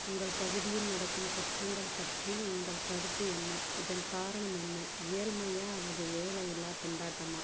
உங்கள் பகுதியில் நடக்கும் குற்றங்கள் பற்றி உங்கள் கருத்து என்ன இதன் காரணம் என்ன ஏழ்மையா அல்லது வேலையில்லா திண்டாட்டமா